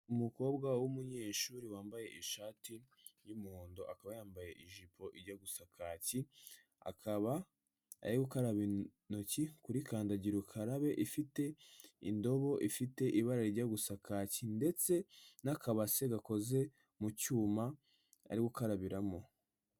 Umukobwa w'umunyeshuri wambaye ishati y'umuhondo, akaba yambaye ijipo ijya gusa kaki, akaba ari gukaraba intoki kuri kandagirukarabe ifite indobo ifite ibara rijya gusa kaki ndetse n'akabati gakoze mu cyuma ari gukarabiramo.